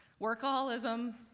Workaholism